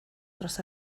dros